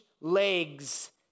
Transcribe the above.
legs